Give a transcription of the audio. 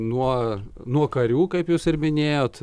nuo nuo karių kaip jūs ir minėjot